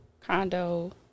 Condo